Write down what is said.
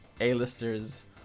A-listers